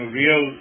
real